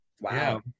Wow